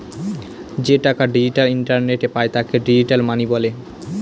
যে টাকা ডিজিটাল ইন্টারনেটে পায় তাকে ডিজিটাল মানি বলে